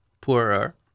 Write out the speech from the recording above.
poorer